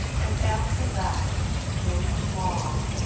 and after that there was a long,